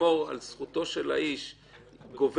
לשמור על זכותו של האיש גובר,